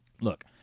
Look